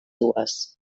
dues